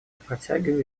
протягиваю